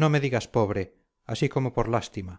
no me digas pobre así como por lástima